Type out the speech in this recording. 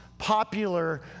popular